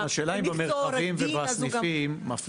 --- השאלה אם במרחבים ובסניפים מפנים.